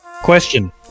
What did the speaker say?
Question